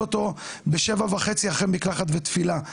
אותו ב- 19:30 אחרי מקלחת ותפילה,